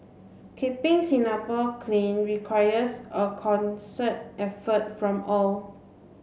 keeping Singapore clean requires a concert effort from all